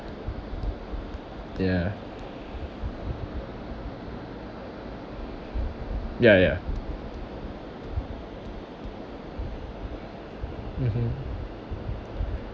ya ya ya mmhmm